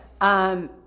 yes